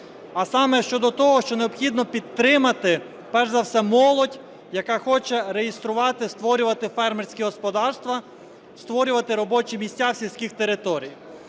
А саме щодо того, що необхідно підтримати, перш за все молодь, яка хоче реєструвати і створювати фермерські господарства, створювати робочі місця в сільських територіях.